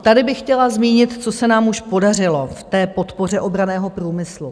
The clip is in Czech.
Tady bych chtěla zmínit, co se nám už podařilo v té podpoře obranného průmyslu.